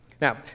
Now